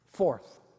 Fourth